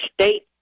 state